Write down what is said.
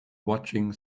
watching